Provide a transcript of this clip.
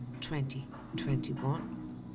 2021